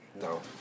No